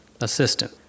assistant